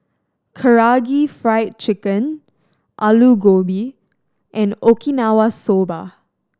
Karaage Fried Chicken Alu Gobi and Okinawa Soba